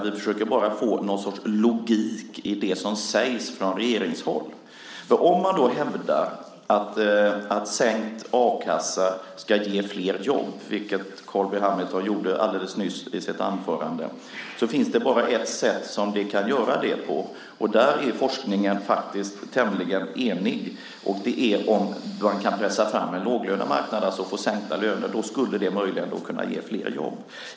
Vi försöker bara få någon sorts logik i det som sägs från regeringshåll. Om man då hävdar att sänkt a-kassa ska ge flera jobb, vilket Carl B Hamilton gjorde alldeles nyss i sitt anförande, finns det bara ett sätt som man kan göra det på. Där är forskningen tämligen enig. Det är om man kan pressa fram en låglönemarknad, alltså få sänkta löner. Det skulle möjligen kunna ge flera jobb.